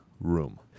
room